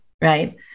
Right